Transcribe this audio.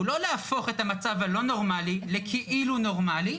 הוא לא להפוך את המצב הלא נורמלי לכאילו נורמלי,